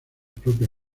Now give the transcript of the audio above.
propia